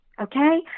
Okay